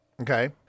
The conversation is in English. Okay